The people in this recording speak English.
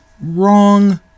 wrong